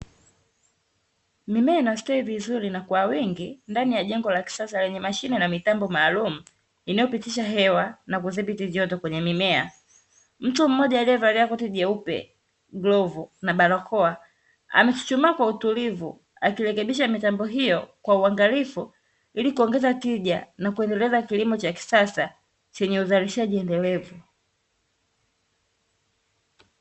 Mimea inastawi vizuri na kwa wingi ndani ya jengo la kisasa lenye masine na mitambo maalumu inayopitisha hewa na kudhibiti joto kwenye mimea. Mtu mmoja aliyevalia koti jeupe, glovu na barakoa; amechuchumaa kwa utulivu akirekebisha mitambo hiyo kwa uangalifu ili kuongeza tija na kuendeleza kilimo cha kisasa chenye uzalishaji endelevu.